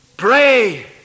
Pray